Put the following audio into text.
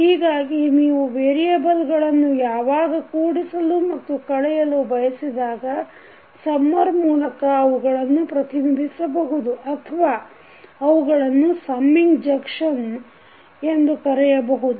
ಹೀಗಾಗಿ ನೀವು ವೇರಿಯಬಲ್ ಗಳನ್ನು ಯಾವಾಗ ಕೂಡಿಸಲು ಮತ್ತು ಕಳೆಯಲು ಬಯಸಿದಾಗ ಸಮ್ಮರ್ ಮೂಲಕ ಅವುಗಳನ್ನು ಪ್ರತಿನಿಧಿಸಬಹುದು ಅಥವಾ ಅವುಗಳನ್ನು ಸಮ್ಮಿಂಗ್ ಜಂಕ್ಷನ್ ಎಂದು ಕರೆಯಬಹುದು